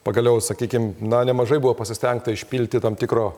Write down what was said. pagaliau sakykim na nemažai buvo pasistengta išpilti tam tikro